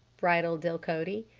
bridled delcote.